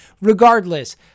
regardless